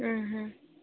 ହୁଁ ହୁଁ